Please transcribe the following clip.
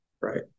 right